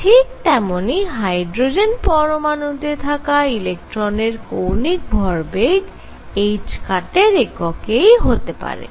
ঠিক তেমনই হাইড্রোজেন পরমাণু তে থাকা ইলেকট্রনের কৌণিক ভরবেগ এর এককেই হতে পারে